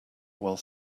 while